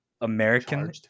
American